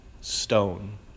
stone